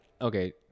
okay